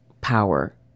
power